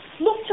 look